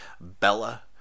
Bella